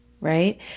right